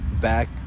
back